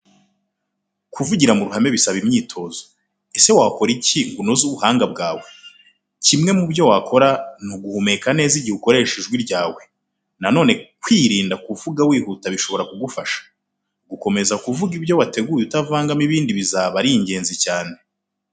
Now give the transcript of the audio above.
Kuvugira mu ruhame bisaba imyitozo. Ese wakora iki ngo unoze ubuhanga bwawe? Kimwe mu byo wakora ni uguhumeka neza igihe ukoresha ijwi ryawe. Na none kwirinda kuvuga wihuta bishobora kugufasha. Gukomeza kuvuga ibyo wateguye utavangamo ibindi bizaba ari ingenzi cyane.